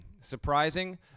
Surprising